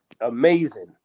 amazing